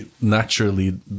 naturally